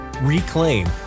reclaim